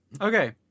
Okay